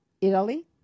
Italy